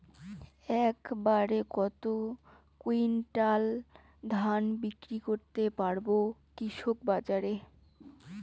এক বাড়ে কত কুইন্টাল ধান বিক্রি করতে পারবো কৃষক বাজারে?